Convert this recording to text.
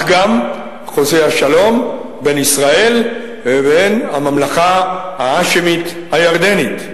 חוזה השלום בין ישראל ובין הממלכה ההאשמית הירדנית.